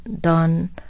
done